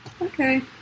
Okay